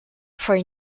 for